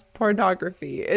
pornography